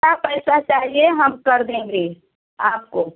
क्या पैसा चाहिए हम कर देंगे आपको